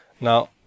Now